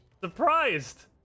surprised